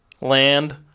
land